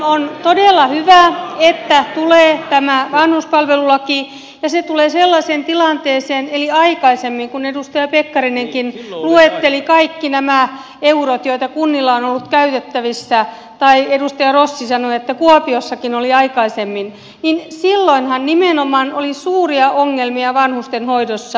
on todella hyvä että tulee tämä vanhuspalvelulaki ja se tulee sellaiseen tilanteeseen jolloin edustaja pekkarinenkin luetteli kaikki nämä eurot jotka kunnilla on ollut käytettävissä ja edustaja rossi sanoi että kuopiossakin on ollut aikaisemmin nimenomaan on ollut suuria ongelmia vanhustenhoidossa